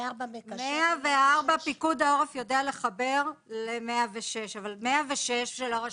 יודע לחבר ל-106, אבל 106, של הרשות,